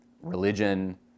religion